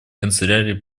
канцелярии